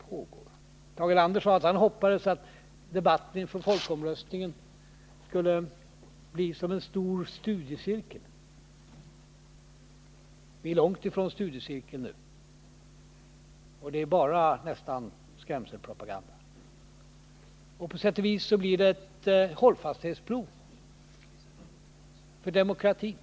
Tage Erlander sade att han hoppades att debatten inför folkomröstningen skulle bli som en stor studiecirkel, men vi är långt ifrån studiecirkeln nu. Det är nästan bara skrämselpropaganda. På sätt och vis blir det ett hållfasthetsprov för demokratin.